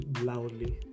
loudly